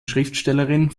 schriftstellerin